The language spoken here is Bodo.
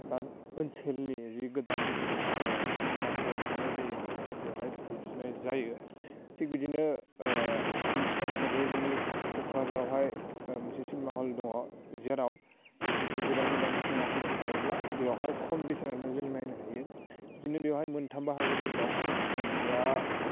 बा ओनसोलनि जि गोदान सिनिमाफोर ओंखारनाय जायो बिफोरखो बेवहाय दिन्थिनाय जायो थिग बिदिनो मिनथिनाय हिसाबै जोंनि क'क्राझारावहाय मोनसे सिनेमा हल दङ जेराव गोदान गोदान सिनेमाफोर ओंखारोब्ला बेयावहाय खम बेसेनावनो जों नायनो हायो बिदिनो बेवहाय मोनथाम बाहागोफोर दं मोनसेया